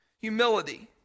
humility